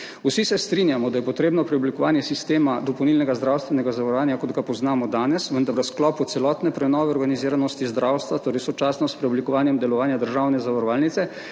Vsi se strinjamo, da je potrebno preoblikovanje sistema dopolnilnega zdravstvenega zavarovanja kot ga poznamo danes, vendar v sklopu celotne prenove organiziranosti zdravstva, torej sočasno s preoblikovanjem delovanja državne zavarovalnice,